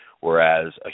whereas